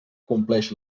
compleix